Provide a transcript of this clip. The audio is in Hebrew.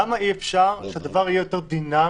למה אי אפשר שהדבר יהיה יותר דינמי?